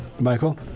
Michael